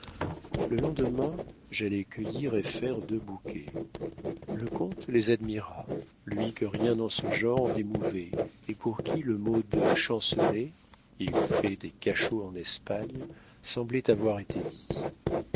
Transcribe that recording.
le lendemain j'allai cueillir et faire deux bouquets le comte les admira lui que rien en ce genre n'émouvait et pour qui le mot de champcenetz il fait des cachots en espagne semblait avoir été dit